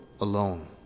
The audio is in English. alone